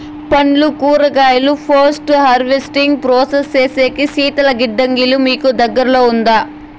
పండ్లు కూరగాయలు post harvesting process సేసేకి శీతల గిడ్డంగులు మీకు దగ్గర్లో ఉందా?